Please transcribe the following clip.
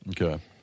Okay